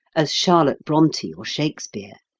as charlotte bronte or shakespeare.